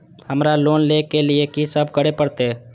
हमरा लोन ले के लिए की सब करे परते?